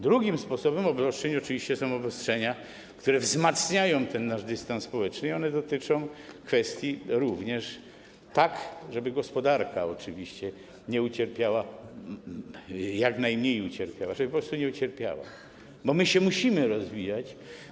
Drugim rodzajem obostrzeń oczywiście są takie obostrzenia, które wzmacniają ten nasz dystans społeczny i one dotyczą kwestii również takich, żeby gospodarka oczywiście nie ucierpiała albo jak najmniej ucierpiała, żeby po prostu nie ucierpiała, bo my się musimy rozwijać.